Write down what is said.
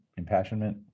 impassionment